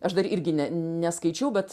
aš dar irgi neskaičiau bet